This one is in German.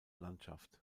landschaft